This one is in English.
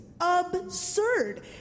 absurd